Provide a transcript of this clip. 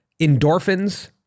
endorphins